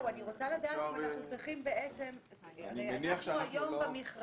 אני רוצה לדעת אם אנחנו צריכים כי היום במכרזים